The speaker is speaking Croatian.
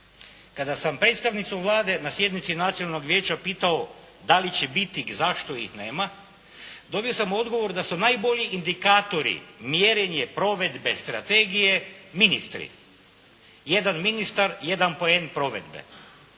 Kada sam predstavnicu Vlade na sjednici Nacionalnog vijeća pitao da li će biti i zašto ih nema, dobio sam odgovor da su najbolji indikatori mjerenje provedbe strategije ministri, jedan ministar jedan poen provedbe.